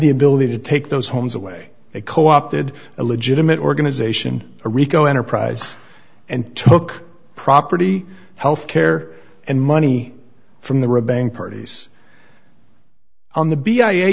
the ability to take those homes away they co opted a legitimate organization a rico enterprise and took property healthcare and money from the ribbing parties on the b i